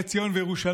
ארץ ציון וירושלים,